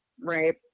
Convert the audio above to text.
right